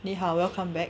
你好 welcome back